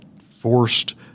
forced